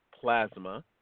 plasma